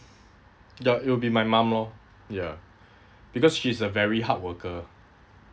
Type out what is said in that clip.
ya it will be my mum lor ya because she's a very hard worker